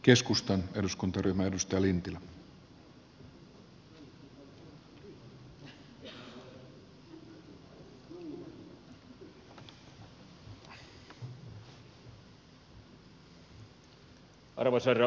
arvoisa herra puhemies